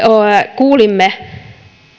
kuulimme